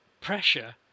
pressure